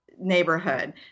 neighborhood